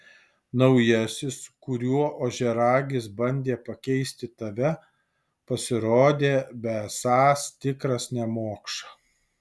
naujasis kuriuo ožiaragis bandė pakeisti tave pasirodė besąs tikras nemokša